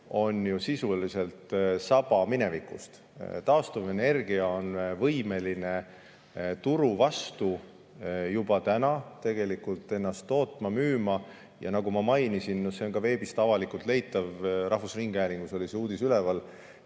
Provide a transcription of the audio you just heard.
on sisuliselt saba minevikust. Taastuvenergia on võimeline turu vastu juba täna tegelikult ennast tootma, müüma. Nagu ma mainisin, see on ka veebis avalikult leitav, rahvusringhäälingus oli see uudis üleval,